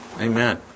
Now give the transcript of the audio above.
Amen